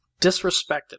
Disrespected